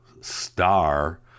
star